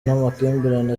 n’amakimbirane